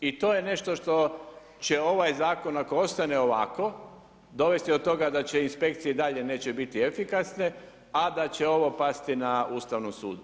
I to je nešto što će ovaj Zakon, ako ostane ovako, dovesti do toga da će inspekcije i dalje neće biti efikasne, a da će ovo pasti na Ustavnom sudu.